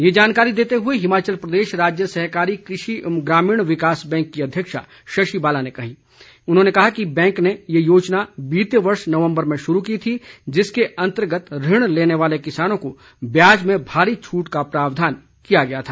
ये जानकारी देते हुए हिमाचल प्रदेश राज्य सहकारी कृषि एवं ग्रामीण विकास बैंक की अध्यक्षा शशि बाला ने कहा कि बैंक ने यह योजना बीते वर्ष नवंबर में शुरू की थी जिसके अंतर्गत ऋण लेने वाले किसानों को व्याज में भारी छूट का प्रावधान किया गया था